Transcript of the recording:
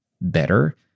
better